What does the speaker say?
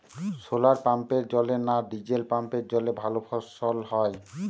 শোলার পাম্পের জলে না ডিজেল পাম্পের জলে ভালো ফসল হয়?